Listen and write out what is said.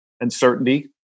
uncertainty